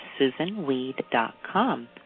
susanweed.com